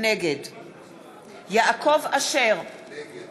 נגד יעקב אשר, נגד